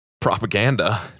propaganda